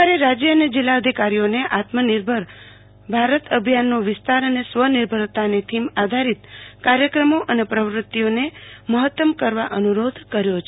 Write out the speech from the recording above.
સરકારે રાજય અને જિલ્લા અધિકારીઓને આત્મનિર્ભર ભારત અભિયાનનો વિસ્તાર અને સ્વનિર્ભરતાની થીમ આધારિત કાર્યક્રમો અને પ્રવતિઓ મહતમ કરવા અનુરોધ કયો છે